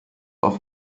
auf